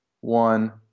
one